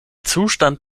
zustand